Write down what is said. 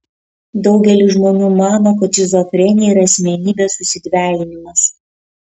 daugelis žmonių mano kad šizofrenija yra asmenybės susidvejinimas